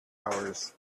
hours